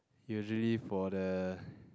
usually for the